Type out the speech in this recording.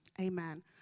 Amen